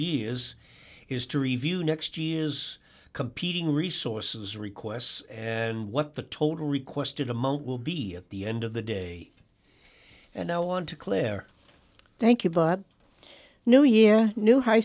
year is is to review next year's competing resources requests and what the total requested amount will be at the end of the day and now on to clare thank you know your new high